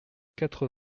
quatre